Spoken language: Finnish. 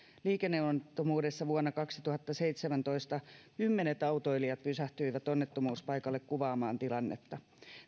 liikenneonnettomuudessa vuonna kaksituhattaseitsemäntoista kymmenet autoilijat pysähtyivät onnettomuuspaikalle kuvaamaan tilannetta